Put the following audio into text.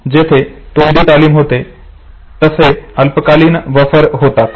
जिथे तोंडी तालीम होते तेथे असे अल्पकालीन बफर होतात